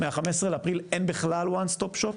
מ-15.4 אין בכלל וואן סטופ שופ?